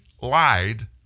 lied